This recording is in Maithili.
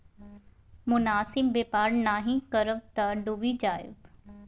मोनासिब बेपार नहि करब तँ डुबि जाएब